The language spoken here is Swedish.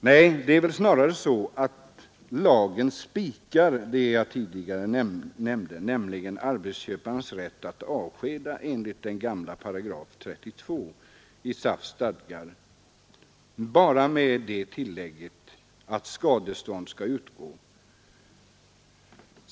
Nej, det är väl snarare så att lagen spikar det jag tidigare nämnde, nämligen arbetsköparens rätt att avskeda enligt den gamla § 32 i SAF: stadgar bara med det tillägget att skadestånd skall utgå.